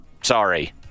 sorry